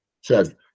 says